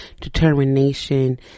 determination